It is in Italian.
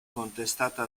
contestata